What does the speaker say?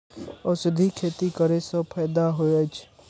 औषधि खेती करे स फायदा होय अछि?